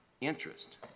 interest